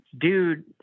dude